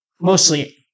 Mostly